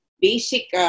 basic